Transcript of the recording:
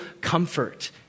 comfort